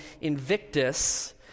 Invictus